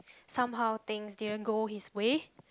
somehow things didn't go his way